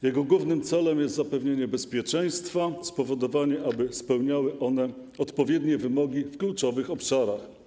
Jego głównym celem jest zapewnienie bezpieczeństwa, spowodowanie, aby spełniały one odpowiednie wymogi w kluczowych obszarach.